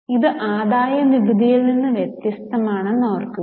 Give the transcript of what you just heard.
ഇത് ആദായനികുതിയിൽ നിന്ന് വ്യത്യസ്തമാണെന്ന് ഓർമ്മിക്കുക